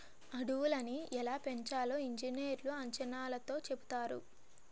అడవులని ఎలా పెంచాలో ఇంజనీర్లు అంచనాతో చెబుతారు